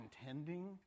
intending